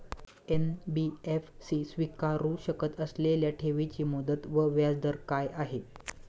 NBFC स्वीकारु शकत असलेल्या ठेवीची मुदत व व्याजदर काय आहे?